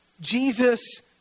Jesus